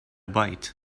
bite